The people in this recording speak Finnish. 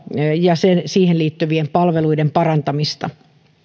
ja siihen liittyvien palvelujen parantamista